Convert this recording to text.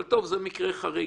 אבל זה מקרה חריג.